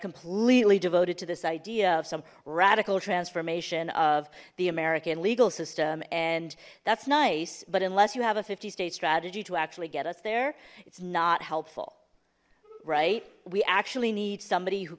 completely devoted to this idea of some radical transformation of the american legal system and that's nice but unless you have a fifty state strategy to actually get us there it's not helpful right we actually need somebody who